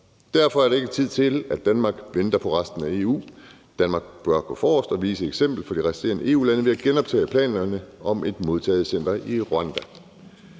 Derfor er der ikke tid til, at Danmark venter på resten af EU. Danmark bør gå forrest og vise eksemplet for de resterende EU-lande ved at genoptage planerne om et modtagecenter i Rwanda.